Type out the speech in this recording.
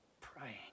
praying